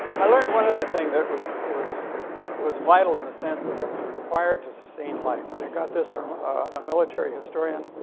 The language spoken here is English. i learned one other thing that was was was vital in the sense that it was required to sustain life. and i got this from, ah, a military historian,